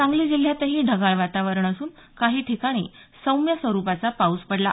सांगली जिल्ह्यातही ढगाळ वातावरण असून काही ठिकाणी सौम्य स्वरूपाचा पाऊस पडला